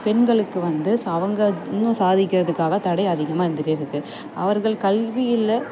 பெண்களுக்கு வந்து அவங்க இன்னும் சாதிக்கிறதுக்காக தடை அதிகமாக இருந்துகிட்டேருக்கு அவர்கள் கல்வியில்